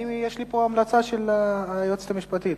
יש לי פה המלצה של היועצת המשפטית.